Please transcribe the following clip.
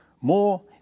more